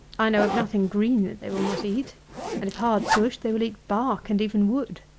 i know of nothing green that they will not eat and if hard pushed, they will eat bark, and even wood.